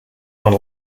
hard